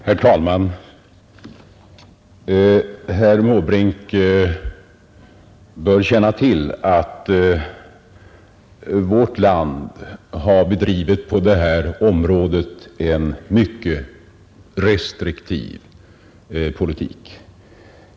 Herr talman! Herr Måbrink bör känna till att vårt land på detta område bedrivit en mycket restriktiv politik.